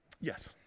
Yes